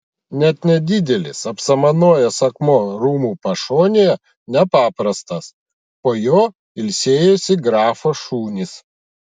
net nedidelis apsamanojęs akmuo rūmų pašonėje nepaprastas po juo ilsėjosi grafo šunys